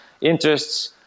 interests